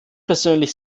persönlich